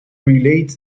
relate